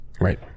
Right